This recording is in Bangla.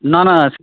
না না